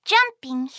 Jumping